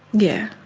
yeah,